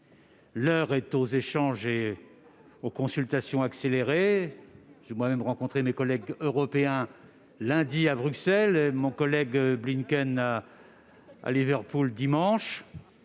L'heure est aux échanges et aux consultations accélérées. J'ai moi-même rencontré mes collègues européens lundi à Bruxelles et mon homologue Blinken dimanche